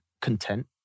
content